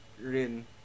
Rin